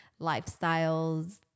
lifestyles